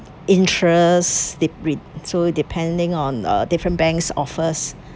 interest de~ so depending on uh different banks offers